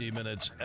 minutes